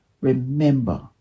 Remember